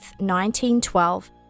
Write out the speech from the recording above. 1912